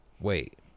wait